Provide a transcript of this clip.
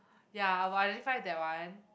ya I will identify that one